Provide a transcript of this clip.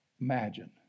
imagine